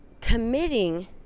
committing